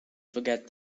forget